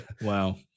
Wow